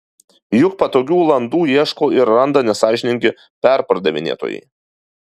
juk patogių landų ieško ir randa nesąžiningi perpardavinėtojai